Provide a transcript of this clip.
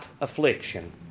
affliction